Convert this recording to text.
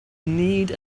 need